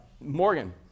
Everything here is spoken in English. morgan